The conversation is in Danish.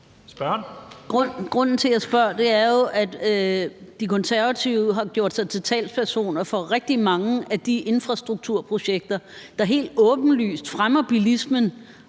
Grunden til, at jeg spørger, er jo, at De Konservative har gjort sig til talspersoner for rigtig mange af de infrastrukturprojekter, der helt åbenlyst fremmer bilismen.